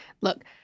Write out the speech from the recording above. Look